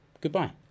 Goodbye